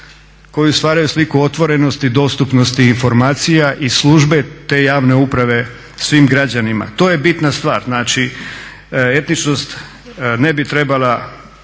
koji stvaraju sliku otvorenosti, dostupnosti informacija i službe te javne uprave svim građanima. To je bitna stvar. Znači etičnost ne bi trebala